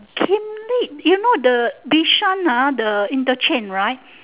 kim-lee you know the bishan ah the interchange right